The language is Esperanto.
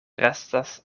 restas